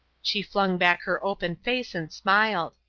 she flung back her open face and smiled.